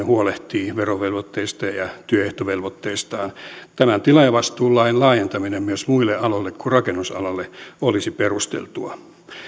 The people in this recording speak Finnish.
huolehtivat verovelvoitteistaan ja ja työehtovelvoitteistaan tämän tilaajavastuulain laajentaminen myös muille aloille kuin rakennusalalle olisi perusteltua